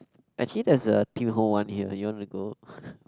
actually there's a tim-ho-wan here you wanna go